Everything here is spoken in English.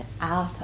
out